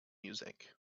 music